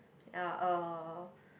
ya um